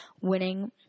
winning